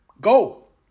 go